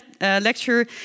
lecture